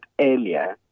earlier